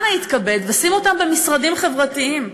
אנא התכבד ושים אותם במשרדים חברתיים.